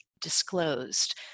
disclosed